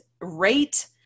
Rate